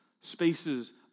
spaces